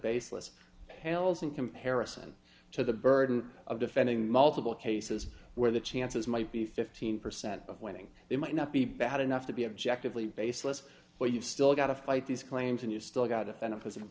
baseless pales in comparison to the burden of defending multiple cases where the chances might be fifteen percent of winning it might not be bad enough to be objectively baseless but you've still got to fight these claims and you still got a fan of his